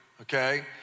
Okay